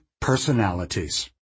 personalities